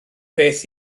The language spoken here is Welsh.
beth